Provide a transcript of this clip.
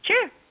Sure